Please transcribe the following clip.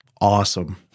awesome